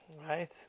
Right